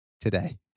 today